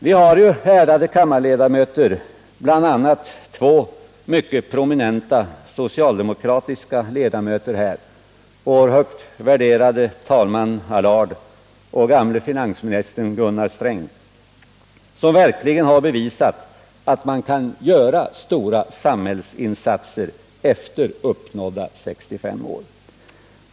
Vi har ju, ärade kammarledamöter, bl.a. två mycket prominenta socialdemokratiska ledamöter, vår högt värderade talman Henry Allard och gamle finansministern Gunnar Sträng, som verkligen har bevisat att man kan göra stora samhällsinsatser efter uppnådda 65 år.